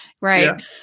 right